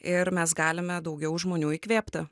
ir mes galime daugiau žmonių įkvėpti